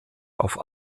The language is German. auf